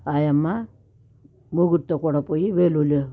ఆ అమ్మ మొగుడుతో కూడా పోయి వేలూరులో